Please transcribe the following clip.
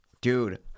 Dude